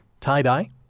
Tie-dye